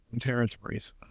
territories